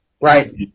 Right